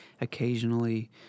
occasionally